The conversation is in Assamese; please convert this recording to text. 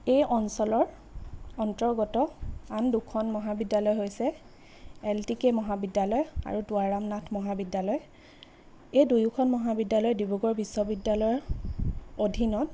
এই অঞ্চলৰ অন্তৰ্গত আন দুখন মহাবিদ্যালয় হৈছে এল টি কে মহাবিদ্যালয় আৰু দুৱাৰাম নাথ মহাবিদ্যালয় এই দুয়োখন মহাবিদ্যালয় ডিব্ৰুগড় বিশ্ববিদ্যালয়ৰ অধীনত